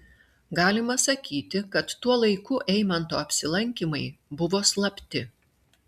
galima sakyti kad tuo laiku eimanto apsilankymai buvo slapti